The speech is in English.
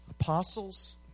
apostles